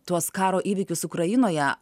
tuos karo įvykius ukrainoje